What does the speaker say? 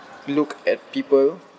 look at people